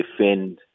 defend